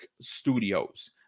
Studios